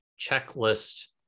checklist